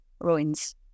ruins